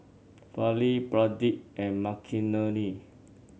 Fali Pradip and Makineni